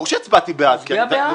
הצבעת בעד זה?